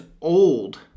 old